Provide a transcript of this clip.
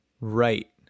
right